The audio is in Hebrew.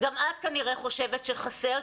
גם את כנראה חושבת שחסר,